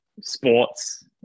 sports